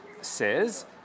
says